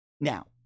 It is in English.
Now